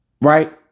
Right